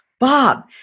Bob